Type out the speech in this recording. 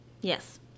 Yes